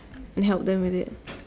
and help them with it